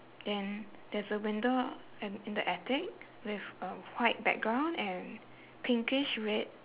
then there's a window in in the attic with a white background and pinkish red